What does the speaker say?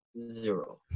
Zero